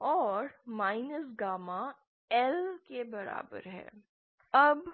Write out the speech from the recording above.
V2V1DAAD BC I2I1ADAD BC अब